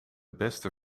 beste